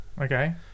Okay